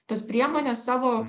tos priemonės savo